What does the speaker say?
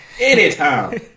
Anytime